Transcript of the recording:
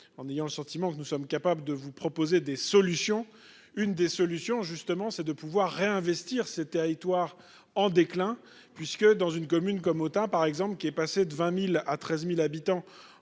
en ayant le sentiment que nous sommes capables de vous proposer des solutions. Une des solutions, justement c'est de pouvoir réinvestir c'était à victoire en déclin puisque dans une commune comme autant par exemple qui est passé de 20.000 à 13.000 habitants